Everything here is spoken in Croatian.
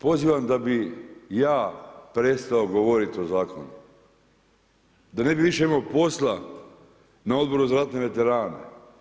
Pozivam da bih ja prestao govoriti o zakonu, da ne bi više imao posla na Odboru za ratne veterane.